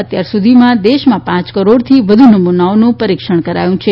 અત્યાર સુધીમાં દેશમાં પાંચ કરોડથી વધુ નમૂનાઓનું પરિક્ષણ કરાયું છે